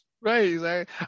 Right